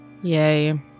Yay